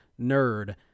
nerd